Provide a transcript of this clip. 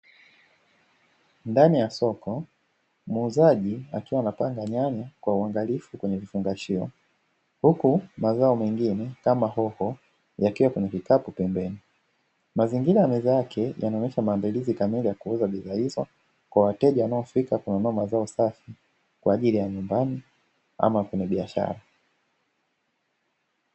Ndani ya soko muuzaji akiwa anapanga nyanya kwa uangalifu kwenye kifungashio. Huku mazao mengine kama hoho, yakiwa kwenye kikapu pembeni. Mazingira ya meza yake yanaonyesha maandalizi kamili ya kuuza bidhaa hizo, kwa wateja wanaofika kununua mazao safi kwa ajili ya nyumbani ama wafanyabiashara.